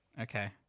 Okay